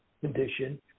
condition